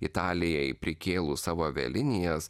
italijai prikėlus savo avialinijas